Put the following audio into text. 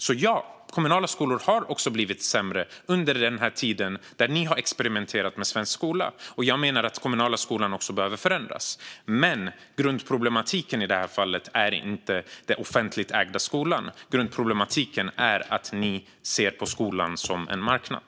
Så ja, kommunala skolor har också blivit sämre under den här tiden när ni har experimenterat med svensk skola. Jag menar att den kommunala skolan också behöver förändras. Men grundproblematiken i det här fallet är inte den offentligt ägda skolan. Grundproblematiken är att ni ser på skolan som en marknad.